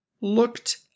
looked